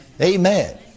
Amen